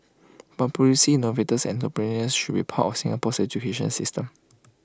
but producing innovators and entrepreneurs should be part of Singapore's education system